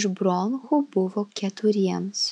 iš bronchų buvo keturiems